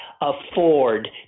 afford